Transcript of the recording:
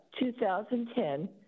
2010